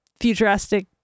futuristic